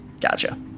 Gotcha